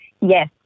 Yes